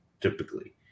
typically